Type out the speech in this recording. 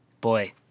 boy